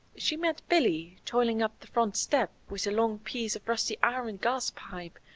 she met billy toiling up the front step with a long piece of rusty iron gas-pipe,